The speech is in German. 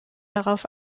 darauf